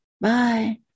Bye